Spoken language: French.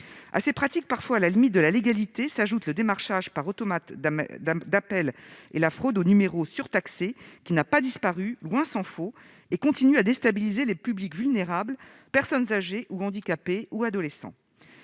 À ces pratiques, parfois à la limite de la légalité, s'ajoutent le démarchage par automate d'appel et la fraude aux numéros surtaxés. Cette dernière n'a pas disparu, tant s'en faut, et continue à déstabiliser les publics vulnérables, comme les personnes âgées ou handicapées, ainsi